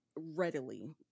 readily